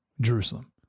Jerusalem